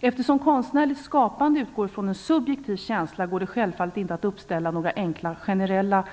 Eftersom konstnärligt skapande utgår från en subjektiv känsla går det självfallet inte att uppställa några enkla generella